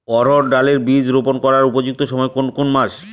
অড়হড় ডাল এর বীজ রোপন করার উপযুক্ত সময় কোন কোন মাস?